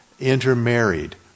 intermarried